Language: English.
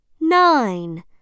Nine